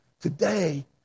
Today